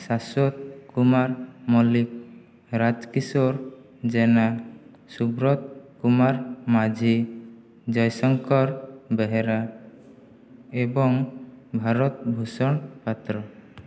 ଶାଶ୍ଵତ କୁମାର ମଲ୍ଲିକ ରାଜକିଶୋର ଜେନା ସୁବ୍ରତ କୁମାର ମାଝି ଜୟଶଙ୍କର ବେହେରା ଏବଂ ଭାରତ ଭୂଷଣ ପାତ୍ର